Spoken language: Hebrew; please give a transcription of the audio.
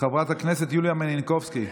חברת הכנסת יוליה מלינובסקי.